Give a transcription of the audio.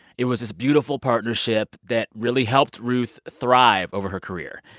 it was this beautiful partnership that really helped ruth thrive over her career.